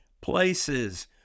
places